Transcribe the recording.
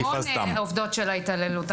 שמונה עובדות שלה התעללו.